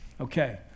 Okay